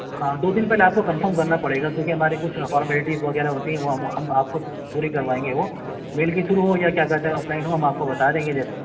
ہاں دو دن پہلے آپ کو کنفرم کرنا ہوگا کیونکہ ہمارے کچھ فارملٹیز وغیرہ ہوتی ہیں وہ ہم ہم آپ کو پوری کروائیں گے وہ میل کے تھرو ہو یا کیا کہتے ہیں آف لائن ہو ہم آپ کو بتا دیں گے جیسا